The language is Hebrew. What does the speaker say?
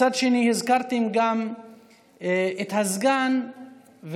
מצד שני הזכרתם גם את הסגן,